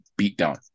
beatdown